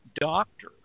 doctor